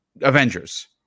Avengers